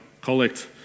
collect